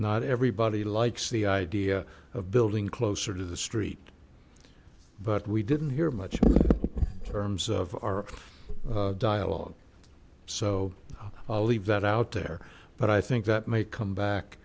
not everybody likes the idea of building closer to the street but we didn't hear much terms of our dialogue so i'll leave that out there but i think that may come back